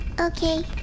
Okay